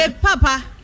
papa